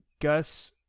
Gus